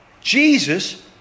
Jesus